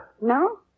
No